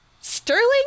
Sterling